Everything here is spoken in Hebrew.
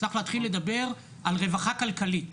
צריך להתחיל לדבר על רווחה כלכלית,